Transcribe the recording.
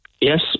Yes